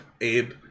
Abe